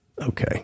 Okay